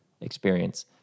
experience